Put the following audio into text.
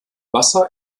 wasser